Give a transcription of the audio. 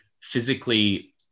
physically